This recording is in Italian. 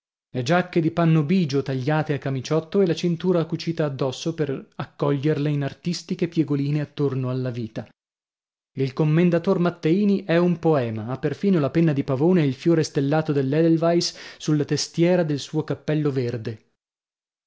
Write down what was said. le giacche di panno bigio tagliate a camiciotto e la cintura cucita addosso per accoglierle in artistiche piegoline attorno alla vita il commendator matteini è un poema ha perfino la penna di pavone e il fiore stellato dell'edelweiss sulla testiera del suo cappello verde